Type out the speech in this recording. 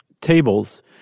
tables